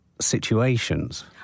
Situations